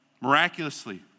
miraculously